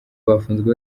bafunzwe